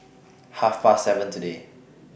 Half Past seven today